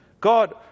God